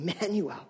Emmanuel